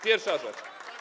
Pierwsza rzecz.